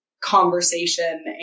conversation